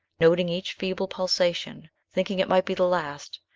noting each feeble pulsation, thinking it might be the last,